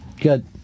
Good